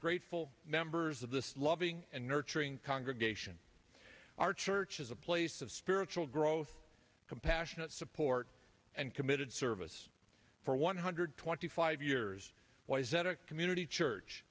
grateful members of this loving and nurturing congregation our church is a place of spiritual growth compassionate support and committed service for one hundred twenty five years why is that a community church